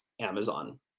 Amazon